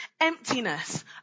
emptiness